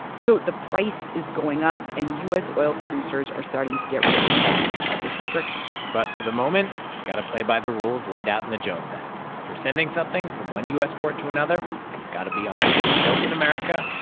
so the price is going up, and u s. oil producers are starting to get really mad about this restriction but for the moment, you've got to play by the rules laid out in the jones act. if you're sending something from one u s. port to another, it's got to be on a ship built in america,